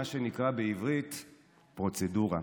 מה שנקרא בעברית "פרוצדורה"